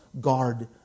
guard